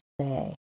say